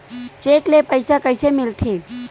Cheque ले पईसा कइसे मिलथे?